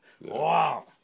Wow